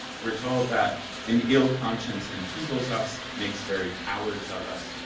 we're told that an ill conscience enfeebles us, makes very cowards of us,